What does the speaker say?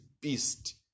beast